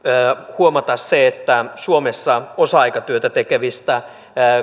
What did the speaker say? se että suomessa osa aikatyötä tekevistä